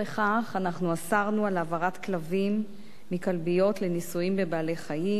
אנחנו אסרנו העברת כלבים מכלביות לניסויים בבעלי-חיים,